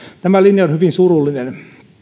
tämä linja on hyvin surullinen